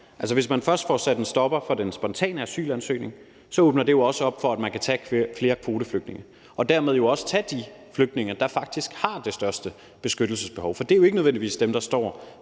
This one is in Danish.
hvis man først får sat en stopper for den spontane asylansøgning, åbner det også op for, at man kan tage flere kvoteflygtninge og dermed også tage de flygtninge, der faktisk har det største beskyttelsesbehov. For det er jo ikke nødvendigvis dem, der står